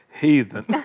Heathen